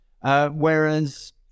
Whereas